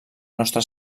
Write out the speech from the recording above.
nostra